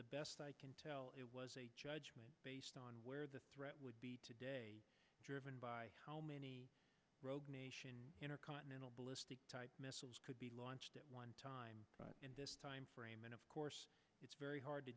the best i can tell it was a judgment based on where the threat would be today driven by how many rogue nation intercontinental ballistic missiles could be launched at one time in this timeframe and of course it's very hard to